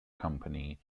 company